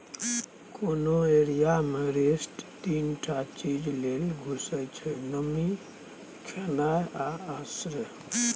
कोनो एरिया मे पेस्ट तीन टा चीज लेल घुसय छै नमी, खेनाइ आ आश्रय